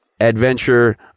adventure